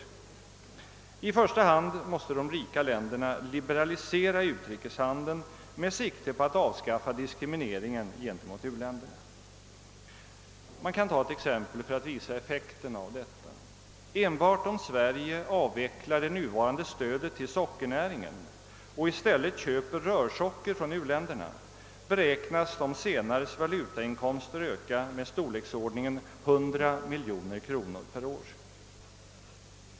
I första hand måste de rika länderna liberalisera utrikeshandeln med sikte på att avskaffa diskrimineringen gentemot u-länderna. Man kan ta ett exempel för att visa effekten av detta. Enbart om Sverige avvecklar det nuvarande stödet till sockernäringen och i stället köper rörsocker från u-länderna beräknas de senares valutainkomster öka med storleksordningen 100 miljoner kronor per år.